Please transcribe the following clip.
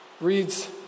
reads